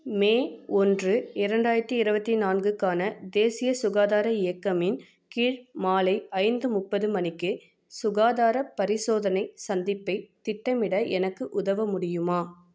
மே ஒன்று இரண்டாயிரத்தி இருவத்தி நான்குக்கான தேசிய சுகாதார இயக்கமின் கீழ் மாலை ஐந்து முப்பது மணிக்கு சுகாதாரப் பரிசோதனை சந்திப்பைத் திட்டமிட எனக்கு உதவ முடியுமா